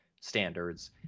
standards